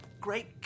Great